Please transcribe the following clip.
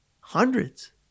hundreds